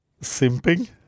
Simping